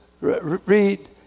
read